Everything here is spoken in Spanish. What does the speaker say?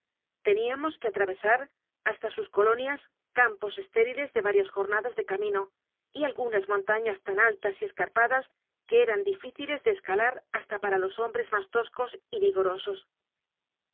teníamos que atravesar hasta sus colonias campos estériles de varias jornadas de camino y algunas montañas tan altas y escarpadas que eran difíciles de escalar hasta para los hombres más toscos y vigorosos